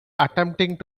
attempting